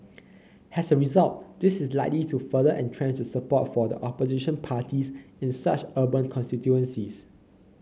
as a result this is likely to further entrench the support for the opposition parties in such urban constituencies